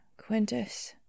Quintus